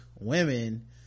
women